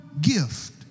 gift